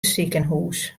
sikehûs